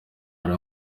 yari